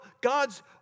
God's